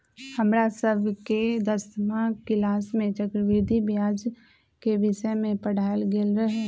हमरा सभके दसमा किलास में चक्रवृद्धि ब्याज के विषय में पढ़ायल गेल रहै